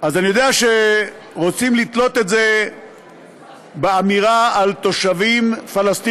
אז אני יודע שרוצים לתלות את זה באמירה על תושבים פלסטינים